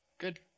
Good